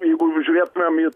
jeigu žiūrėtumėm į